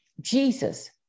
Jesus